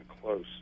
close